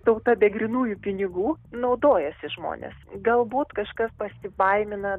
tauta be grynųjų pinigų naudojasi žmonės galbūt kažkas pasibaimina